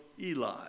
Eli